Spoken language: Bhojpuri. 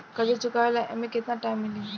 कर्जा चुकावे ला एमे केतना टाइम मिली?